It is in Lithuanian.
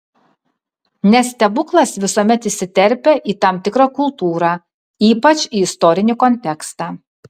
nes stebuklas visuomet įsiterpia į tam tikrą kultūrą ypač į istorinį kontekstą